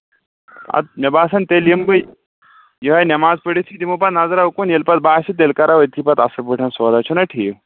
اَدٕ مےٚ باسان تیٚلہِ یِمہٕ بٕے یِہٕے نٮ۪ماز پٔرِتھٕے دِمو بہٕ نَظرا اُکُن ییٚلہِ پَتہٕ باسہِ تیٚلہِ کرو أتھی پَتہٕ اَصٕل پٲٹھۍ سودا چھُنہ ٹھیٖک